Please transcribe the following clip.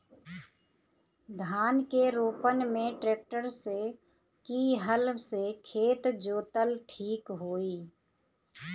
धान के रोपन मे ट्रेक्टर से की हल से खेत जोतल ठीक होई?